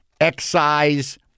excise